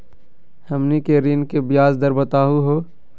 हमनी के ऋण के ब्याज दर बताहु हो?